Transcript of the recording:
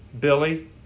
Billy